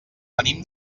venim